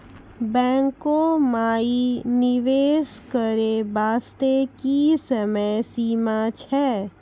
बैंको माई निवेश करे बास्ते की समय सीमा छै?